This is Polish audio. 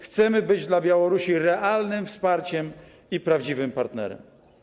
Chcemy być dla Białorusi realnym wsparciem i prawdziwym partnerem.